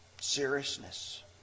Seriousness